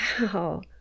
wow